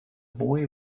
boy